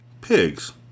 Pigs